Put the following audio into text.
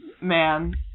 man